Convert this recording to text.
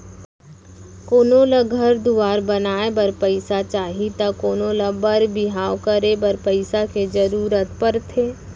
कोनो ल घर दुवार बनाए बर पइसा चाही त कोनों ल बर बिहाव करे बर पइसा के जरूरत परथे